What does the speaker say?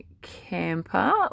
camper